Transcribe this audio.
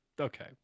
okay